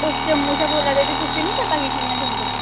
तुस जम्मू शा बोला दे ते तुसेंगी नी पता कि कि'यां जन्दे